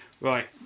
right